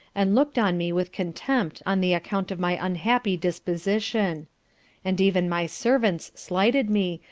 and looked on me with contempt on the account of my unhappy disposition and even my servants slighted me,